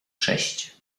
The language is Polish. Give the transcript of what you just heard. sześć